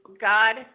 God